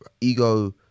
ego